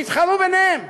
שיתחרו ביניהם.